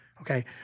okay